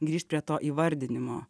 grįžt prie to įvardinimo